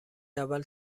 اول